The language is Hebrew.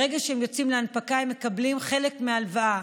ברגע שהם יוצאים להנפקה הם מקבלים חלק מהלוואה,